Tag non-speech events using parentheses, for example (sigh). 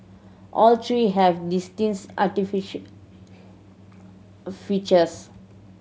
all three have (unintelligible) features